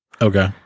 Okay